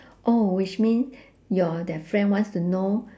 oh which mean your that friend wants to know